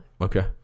okay